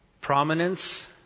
Prominence